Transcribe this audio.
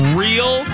real